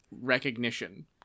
recognition